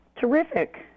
terrific